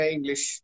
English